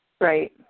Right